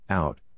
out